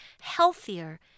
healthier